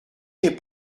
n’est